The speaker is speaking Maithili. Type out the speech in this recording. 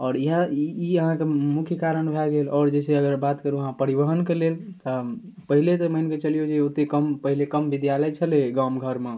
आओर इएह ई अहाँके मुख्य कारण भऽ गेल आओर जे छै अगर बात करू अहाँ परिवहनके लेल तऽ पहिले तऽ मानिके चलिऔ जे ओतेक कम पहिले कम विद्यालय छलै गामघरमे